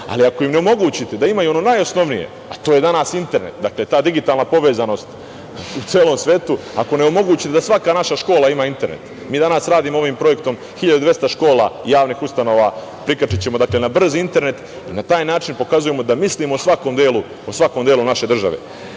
ali ako im ne omogućite da imaju ono najosnovnije, a to je danas internet, dakle ta digitalna povezanost u celom svetu, ako ne omogućite da svaka naša škola ima internet, mi danas radimo ovim projektom 1.200 škola i javnih ustanova prikačićemo na brz internet. Na taj način pokazujemo da mislimo o svakom delu naše države. Šta